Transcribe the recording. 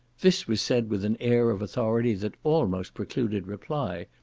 this was said with an air of authority that almost precluded reply,